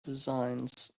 designs